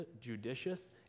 judicious